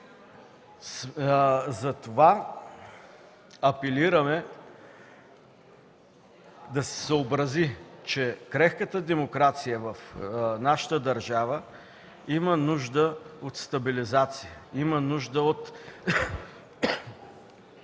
Затова апелираме да се съобрази, че крехката демокрация в нашата държава има нужда от стабилизация, има нужда от